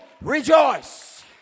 rejoice